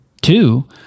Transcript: Two